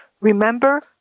Remember